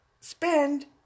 spend